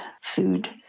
food